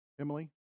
emily